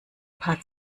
paar